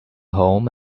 home